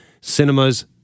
cinema's